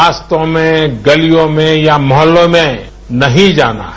रास्तों में गलियों में या मोहल्लों में नहीं जाना है